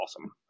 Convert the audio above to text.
awesome